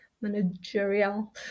managerial